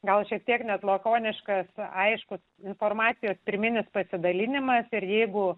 gal šiek tiek net lakoniškas aiškus informacijos pirminis pasidalinimas ir jeigu